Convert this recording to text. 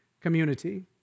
community